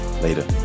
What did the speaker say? Later